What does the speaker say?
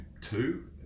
two